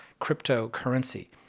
cryptocurrency